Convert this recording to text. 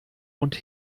und